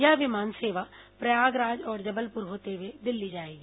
यह विमान सेवा प्रयागराज और जबलपुर होते हुए दिल्ली जाएगी